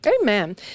Amen